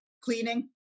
cleaning